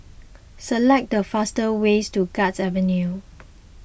select the fastest ways to Guards Avenue